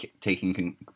taking